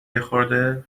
یخورده